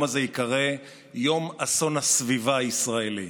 הזה ייקרא "יום אסון הסביבה הישראלי".